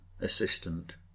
assistant